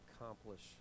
accomplish